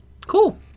Cool